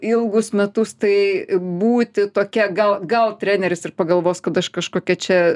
ilgus metus tai būti tokia gal gal treneris ir pagalvos kad aš kažkokia čia